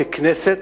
ככנסת,